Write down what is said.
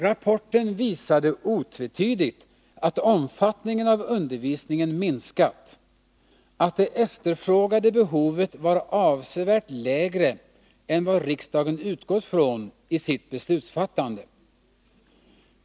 Rapporten visade otvetydigt att omfattningen av undervisningen minskat, att det efterfrågade behovet var avsevärt lägre än vad riksdagen utgått från i sitt beslutsfattande.